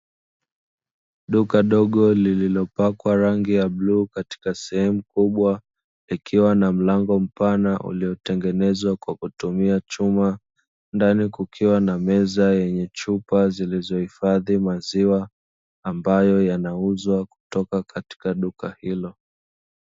Duka dogo lililopakwa rangi ya bluu katika sehemu kubwa, likiwa na mlango mpana uliotengenezwa kwa kutumia chuma, ndani kukiwa na meza yenye chupa zilizo hifadhi maziwa, ambayo yanauzwa kutoka katika duka hilo.